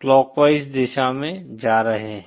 clockwise दिशा में जा रहे हैं